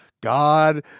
God